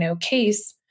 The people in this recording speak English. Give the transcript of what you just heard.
case